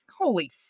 Holy